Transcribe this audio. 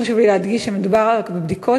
חשוב לי להדגיש שמדובר רק בבדיקות